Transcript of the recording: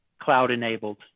cloud-enabled